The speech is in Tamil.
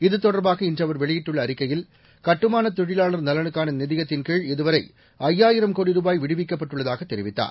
இது தொடர்பாக இன்று அவர் வெளியிட்டுள்ள அறிக்கையில் கட்டுமான தொழிலாளர் நலனுக்கான நிதியத்தின் கீழ் இதுவரை ஐயாயிரம் கோடி ரூபாய் விடுவிக்கப்பட்டுள்ளதாகத் தெரிவித்துள்ளார்